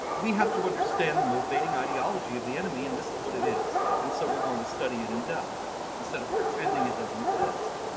we have to understand the motivating ideology of the enemy and this is what it is and so we're going to study it in depth instead of pretending it doesn't exist